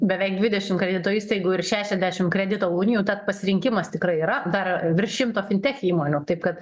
beveik dvidešim kredito įstaigų ir šešiasdešim kredito unijų tad pasirinkimas tikrai yra dar virš šimto fintech įmonių taip kad